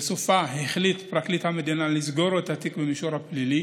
ובסופה החליט פרקליט המדינה לסגור את התיק במישור הפלילי